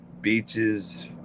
Beaches